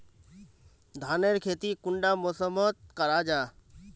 धानेर खेती कुंडा मौसम मोत करा जा?